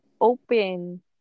open